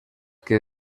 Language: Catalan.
que